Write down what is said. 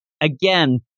again